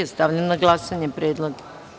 Stavljam na glasanje predlog.